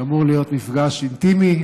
שאמור להיות מפגש אינטימי,